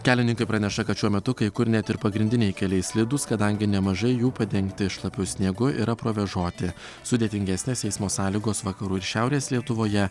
kelininkai praneša kad šiuo metu kai kur net ir pagrindiniai keliai slidūs kadangi nemažai jų padengti šlapiu sniegu yra provėžoti sudėtingesnės eismo sąlygos vakarų ir šiaurės lietuvoje